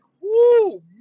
Woo